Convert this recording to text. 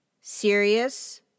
serious